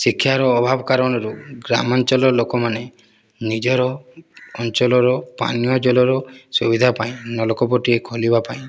ଶିକ୍ଷାର ଅଭାବ କାରଣରୁ ଗ୍ରାମାଞ୍ଚଳର ଲୋକମାନେ ନିଜର ଅଞ୍ଚଳର ପାନୀୟ ଜଳର ସୁବିଧା ପାଇଁ ନଳକୂପଟିଏ ଖୋଳିବା ପାଇଁ